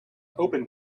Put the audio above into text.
open